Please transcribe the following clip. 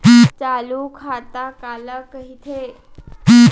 चालू खाता काला कहिथे?